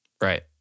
Right